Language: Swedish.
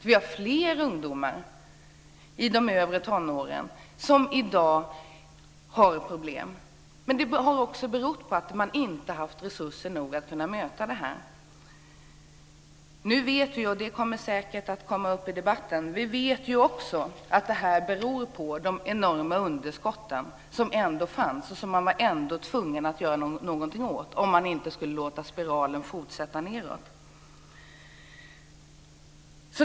Det är fler ungdomar i de övre tonåren som i dag har problem. Men det beror också på att man inte har haft resurser att kunna möta detta. Nu vet vi - och det kommer säkert upp i debatten - att det beror på de enorma underskott som man var tvungen att göra någonting åt, om man inte skulle låta spiralen fortsätta nedåt.